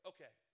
Okay